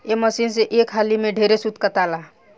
ए machine से एक हाली में ढेरे सूत काताला